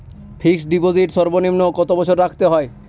Fixed deposit সর্বনিম্ন কত বছর রাখতে হয়?